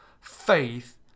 faith